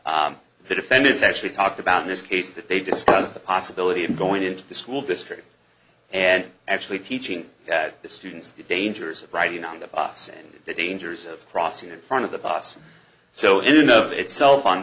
to defend it's actually talked about in this case that they discussed the possibility of going into the school district and actually teaching the students the dangers of riding on the bus and the dangers of crossing in front of the bus so enough of itself on